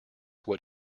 what